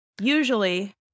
usually